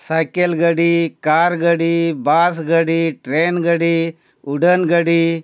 cycle ᱜᱟᱹᱰᱤ car ᱜᱟᱹᱰᱤ bus ᱜᱟᱹᱰᱤ ᱴᱨᱮᱹᱱ ᱜᱟᱹᱰᱤ ᱩᱰᱟᱹᱱ ᱜᱟᱹᱰᱤ